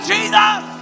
Jesus